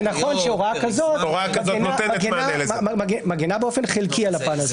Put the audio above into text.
נכון שהוראה כזאת מגינה באופן חלקי על הפן הזה.